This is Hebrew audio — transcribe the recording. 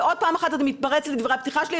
ועוד פעם אחת אתה מתפרץ לדברי הפתיחה שלי,